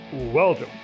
Welcome